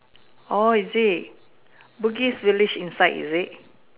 oh is this book is really in side easy